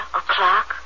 o'clock